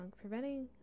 preventing